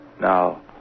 now